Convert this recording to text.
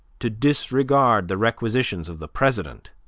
to disregard the requisitions of the president.